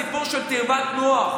אתם בדיוק בסיפור של תיבת נח.